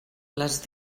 les